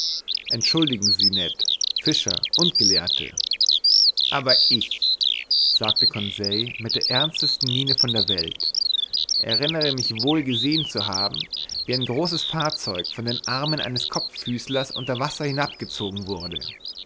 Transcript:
entschuldigen sie ned fischer und gelehrte aber ich sagte conseil mit der ernstesten miene von der welt erinnere mich wohl gesehen zu haben wie ein großes fahrzeug von den armen eines kopffüßlers unter's wasser hinab gezogen wurde